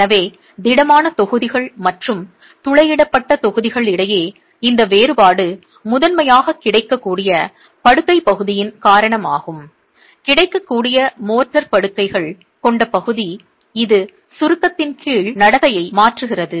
எனவே திடமான தொகுதிகள் மற்றும் துளையிடப்பட்ட தொகுதிகள் இடையே இந்த வேறுபாடு முதன்மையாக கிடைக்கக்கூடிய படுக்கைப் பகுதியின் காரணமாகும் கிடைக்கக்கூடிய மோர்டார் படுக்கைகள் கொண்ட பகுதி இது சுருக்கத்தின் கீழ் நடத்தையை மாற்றுகிறது